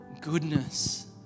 goodness